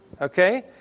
Okay